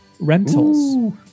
Rentals